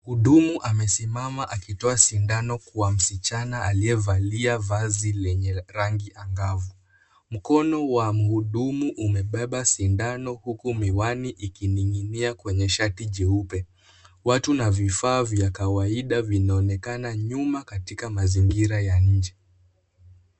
Mhudumu amesimama akitoa sindano kwa msichana aliyevalia vazi lenye rangi angavu, mkono wa mhudumu umebeba sindano huku miwani ikining'inia kwenye shati jeupe, watu na vifaa vya kawaida vinaonekana nyuma katika mazingira ya nje.